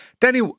Danny